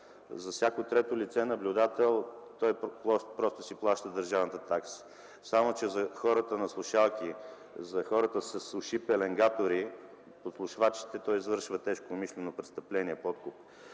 За всяко трето лице наблюдател той просто си плаща държавната такса. За хората обаче на слушалки и за хората с уши – пеленгатори, за подслушвачите той извършва тежко умишлено престъпление – подкуп.